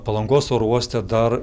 palangos oro uoste dar